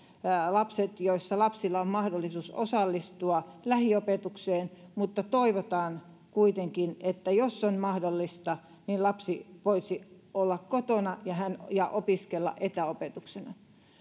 lapset joilla on mahdollisuus osallistua lähiopetukseen mutta toivotaan kuitenkin että jos on mahdollista niin lapsi voisi olla kotona ja opiskella etäopetuksena